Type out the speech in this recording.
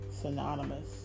synonymous